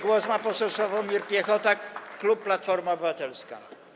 Głos ma poseł Sławomir Piechota, klub Platforma Obywatelska.